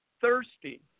thirsty